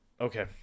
okay